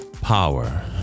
Power